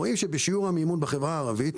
רואים ששיעור המימון בחברה הערבית,